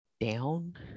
Down